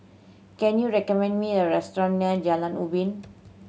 can you recommend me a restaurant near Jalan Ubin